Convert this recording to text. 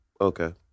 okay